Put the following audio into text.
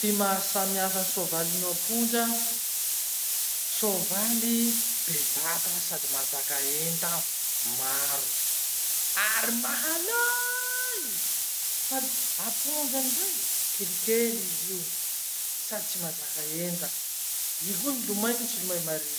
Ty maha samihafa ny sovaly noho apondra. Sovaly bevata sady mahazaka enta maro, ary mahalay. Fa apondra amizay, kelikely izy io, sady tsy mahazaka enta. I koa milomay fe tsy milomay mare.